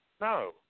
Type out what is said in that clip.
No